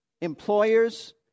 employers